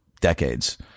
decades